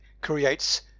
creates